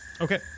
Okay